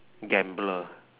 gambler